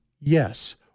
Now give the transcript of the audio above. yes